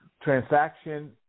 transaction